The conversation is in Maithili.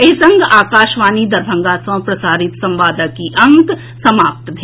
एहि संग आकाशवाणी दरभंगा सँ प्रसारित संवादक ई अंक समाप्त भेल